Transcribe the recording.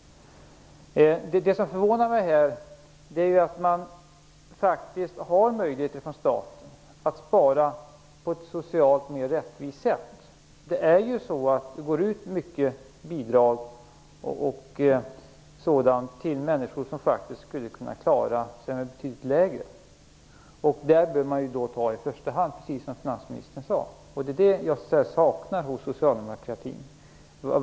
Det som förvånar mig är att staten har möjligheter att spara på ett socialt mer rättvist sätt. Det går ju ut mycket bidrag och sådant till människor som skulle kunna klara sig med betydligt mindre. Det är där som man bör ta i första hand, som finansministern sade. Det är det jag saknar hos socialdemokratin.